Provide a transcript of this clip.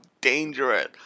dangerous